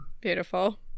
Beautiful